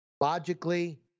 logically